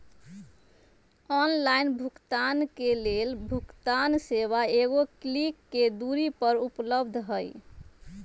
online भुगतान के लेल भुगतान सेवा एगो क्लिक के दूरी पर उपलब्ध हइ